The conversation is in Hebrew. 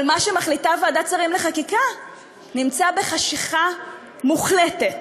אבל מה שמחליטה ועדת השרים לחקיקה נמצא בחשכה מוחלטת.